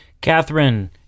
Catherine